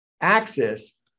axis